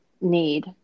need